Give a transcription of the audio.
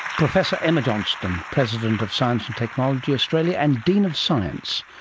professor emma johnston, president of science and technology australia and dean of science,